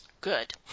Good